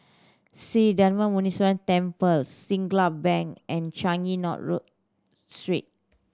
Sri Darma Muneeswaran Temple Siglap Bank and Changi North Road Street